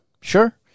Sure